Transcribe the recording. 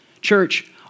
church